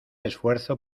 esfuerzo